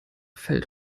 fällt